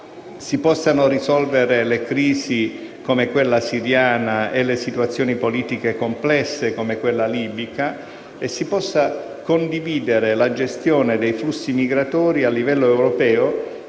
si possano risolvere le crisi come quella siriana e le situazioni politiche complesse come quella libica e si possa condividere la gestione dei flussi migratori a livello europeo,